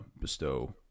bestow